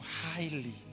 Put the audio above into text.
highly